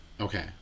okay